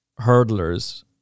hurdlers